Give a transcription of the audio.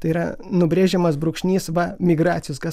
tai yra nubrėžiamas brūkšnys va migracijos kas